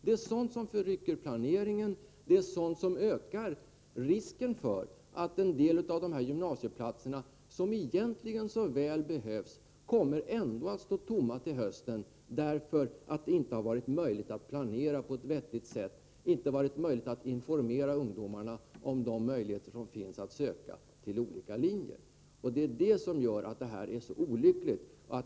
Det är sådant som förrycker planeringen, och det är sådant som ökar risken för att en del av dessa gymnasieplatser, som egentligen så väl behövs, ändå kommer att stå tomma till hösten, därför att det inte varit möjligt att planera på ett vettigt sätt och inte varit möjligt att informera ungdomarna om förutsättningarna att söka till olika linjer. Det är detta som gör saken så olycklig.